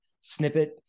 snippet